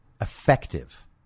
effective